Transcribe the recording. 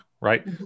right